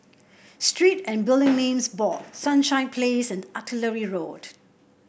Street and Building Names Board Sunshine Place and Artillery Road